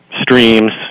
streams